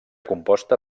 composta